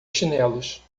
chinelos